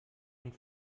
und